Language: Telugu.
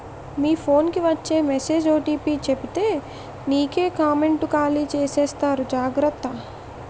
మీ ఫోన్ కి వచ్చే మెసేజ్ ఓ.టి.పి చెప్పితే నీకే కామెంటు ఖాళీ చేసేస్తారు జాగ్రత్త